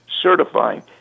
certifying